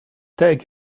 take